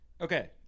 Okay